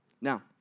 Now